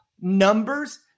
numbers